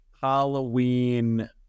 Halloween